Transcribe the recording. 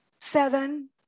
seven